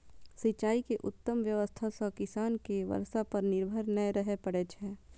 सिंचाइ के उत्तम व्यवस्था सं किसान कें बर्षा पर निर्भर नै रहय पड़ै छै